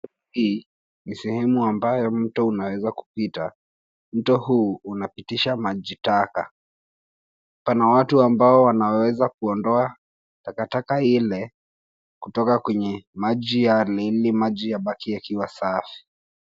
Hii ni sehemu ambayo mto unaweza kupita. Mto huu unapitisha maji taka. Pana watu ambao wanaweza kuondoa takataka ile, kutoka kwenye maji ya lindi, maji yabaki yakiwa safi.